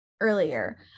earlier